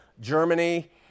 Germany